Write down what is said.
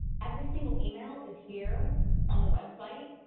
every single email is here on the website.